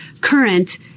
current